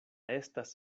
estas